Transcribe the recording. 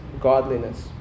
godliness